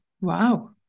Wow